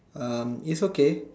um it's okay